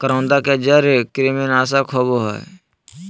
करौंदा के जड़ कृमिनाशक होबा हइ